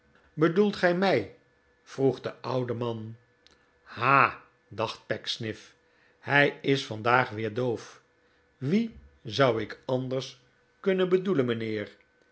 bedoelt gij mij vroeg de oude man maarten chuzzlewit ha dacht pecksniff hij is vandaag weer doof wien zou ik anders kunnen bedoelen mijnheer